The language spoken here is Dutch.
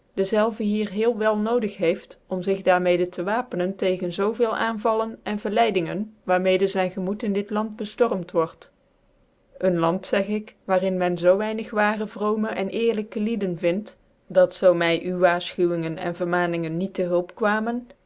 dezelve hier heel wel nodig heeft om zig daar mede te wapenen tegen zoo veel aanvallen cn verleidingen waar mede zyn gemoed in dit land beftormt word een land zeg ik waar in men zoo weiyy nig waarc vroomc cn eerlijke lieden vind dat zoo my uwe waarlchouwingen en vermaaningen niet tc hulp kwamen